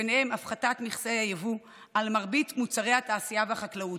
וביניהם הפחתת מכסי היבוא על מרבית מוצרי התעשייה והחקלאות,